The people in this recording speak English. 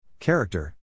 Character